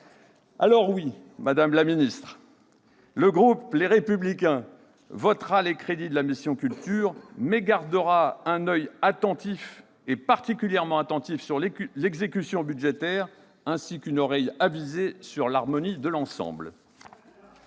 Alors, oui, madame la ministre, le groupe Les Républicains votera les crédits de la mission « Culture », mais gardera un oeil particulièrement attentif sur l'exécution budgétaire ainsi qu'une oreille avisée sur l'harmonie de l'ensemble.